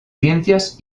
ciencias